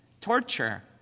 Torture